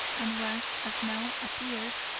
and was, as now appeared,